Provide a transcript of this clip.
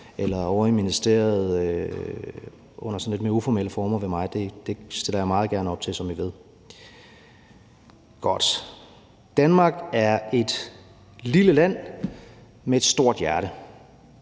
eller ovre i ministeriet hos mig under lidt mere uformelle former. Det stiller jeg meget gerne op til, som I ved. Danmark er et lille land med et stort hjerte,